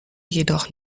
jedoch